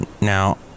now